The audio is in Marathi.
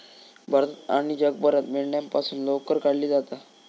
भारतात आणि जगभरात मेंढ्यांपासून लोकर काढली जाता